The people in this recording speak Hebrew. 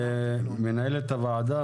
מנהלת הוועדה,